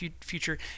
future